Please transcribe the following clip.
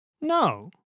No